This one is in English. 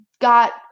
got